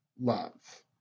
love